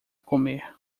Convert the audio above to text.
comer